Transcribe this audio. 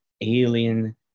alien